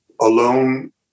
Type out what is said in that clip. alone